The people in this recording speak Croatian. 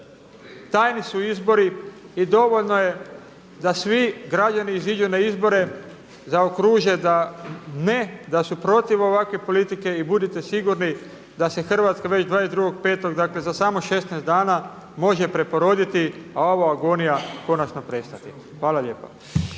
tajni su izbori i dovoljno je da svi građani iziđu na izbore, zaokruže da ne da su protiv ovakve politike i budite sigurni da se Hrvatska već 22.5. dakle za samo 16 dana može preporoditi a ova agonija končano prestati. Hvala lijepa.